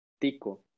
Tico